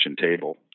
table